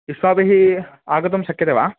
युष्माभिः आगतुं शक्यते वा